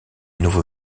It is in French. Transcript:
nouveau